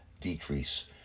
decrease